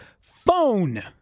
phone